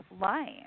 life